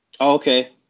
Okay